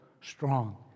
strong